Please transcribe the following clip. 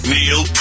Neil